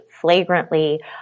flagrantly